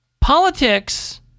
Politics